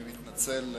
אני מתנצל,